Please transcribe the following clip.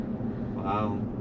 Wow